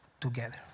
together